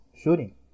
shooting